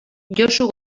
josu